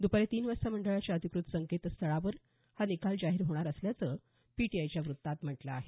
दुपारी तीन वाजता मंडळाच्या अधिकृत संकेतस्थळांवर हा निकाल जाहीर होणार असल्याचं पीटीआयच्या वृत्तांत म्हटलं आहे